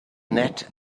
net